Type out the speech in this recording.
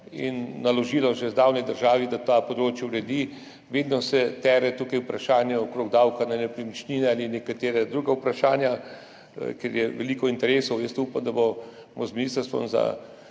in naložilo že zdavnaj državi, da to področje uredi. Vedno se tare tukaj vprašanje okrog davka na nepremičnine ali nekatera druga vprašanja, kjer je veliko interesov. Jaz upam, da bomo z Ministrstvom